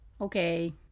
Okay